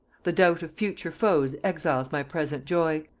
the doubt of future foes exiles my present joy,